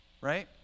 right